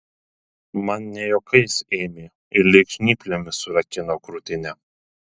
man ne juokais ėmė ir lyg žnyplėmis surakino krūtinę